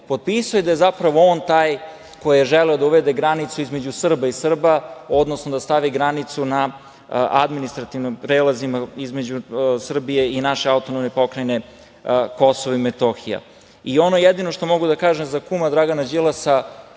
potpisao i da je zapravo on taj koji je želeo da uvede granicu između Srba i Srba, odnosno da stavi granicu na administrativnim prelazima između Srbije i naše AP Kosovo i Metohija. Ono jedino što mogu da kažem za kuma Dragana Đilasa,